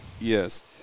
Yes